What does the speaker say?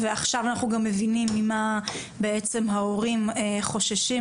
ועכשיו אנחנו גם מבינים ממה בעצם ההורים חוששים,